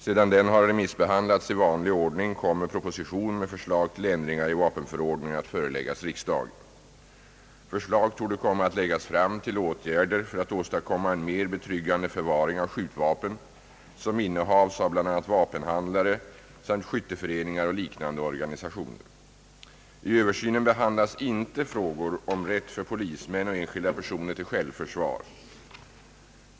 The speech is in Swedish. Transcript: Sedan denna har remissbehandlats i vanlig ordning, kommer proposition med förslag till ändringar i vapenförordningen att föreläggas riksdagen. Förslag torde komma att läggas fram till åtgärder för att åstadkomma en mer betryggande förvaring av skjutvapen som innehas av bl.a. vapenhandlare samt skytteföreningar och liknande organisationer. I översynen behandlas inte frågor om rätt för polismän och enskilda personer till självförsvar.